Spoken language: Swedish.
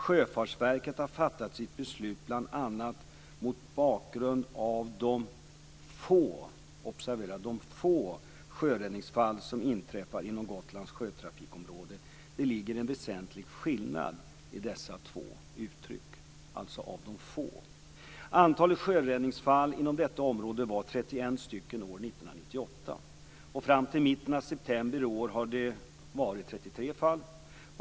Sjöfartsverket har fattat sitt beslut bl.a. mot bakgrund av de få sjöräddningsfall som inträffar inom Gotlands sjötrafikområde. Det ligger alltså en väsentlig skillnad i de båda uttryckssätten när det gäller detta med få. år 1998. Fram till mitten av september i år har det varit 33 fall.